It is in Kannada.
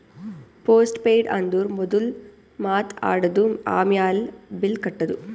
ಪೋಸ್ಟ್ ಪೇಯ್ಡ್ ಅಂದುರ್ ಮೊದುಲ್ ಮಾತ್ ಆಡದು, ಆಮ್ಯಾಲ್ ಬಿಲ್ ಕಟ್ಟದು